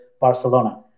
Barcelona